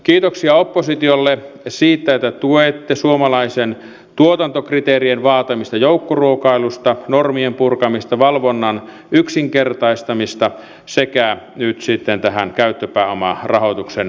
kiitoksia oppositiolle siitä että tuette suomalaisten tuotantokriteerien vaatimia joukkoruokailua normien purkamista valvonnan yksinkertaistamista sekä nyt sitten tätä käyttöpääomarahoituksen turvaamista tiloille